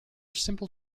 simple